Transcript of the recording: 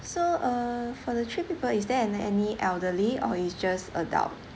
so uh for the three people is there an~ any elderly or is just adult